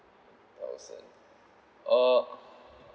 uh